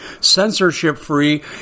censorship-free